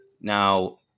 Now